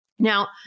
Now